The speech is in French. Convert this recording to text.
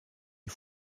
une